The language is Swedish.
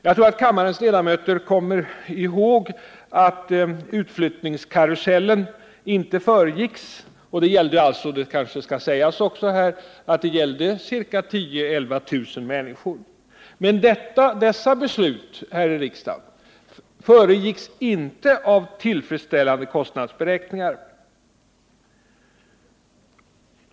Jag tror att kammarens ledamöter kommer ihåg att beslutet om utflyttningskarusellen — det kanske skall sägas att det då gällde 10 000-11 000 människor — inte föregicks av tillfredsställande kostnadsberäkningar.